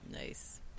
Nice